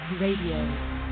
Radio